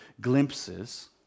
glimpses